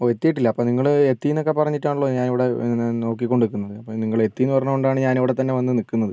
ഓ എത്തിയിട്ടില്ല അപ്പം നിങ്ങൾ എത്തി എന്നൊക്കെ പറഞ്ഞിട്ടാണല്ലൊ ഞാൻ ഇവിടെ നോക്കിക്കൊണ്ട് നിൽക്കുന്നത് അപ്പം നിങ്ങൾ എത്തി എന്ന് പറഞ്ഞതുകൊണ്ടാണ് ഞാനിവിടെ തന്നെ വന്ന് നിൽക്കുന്നത്